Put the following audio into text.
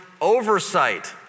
oversight